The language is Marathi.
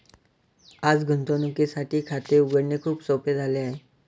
आज गुंतवणुकीसाठी खाते उघडणे खूप सोपे झाले आहे